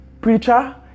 Preacher